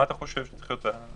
מה אתה חושב שצריך להיות?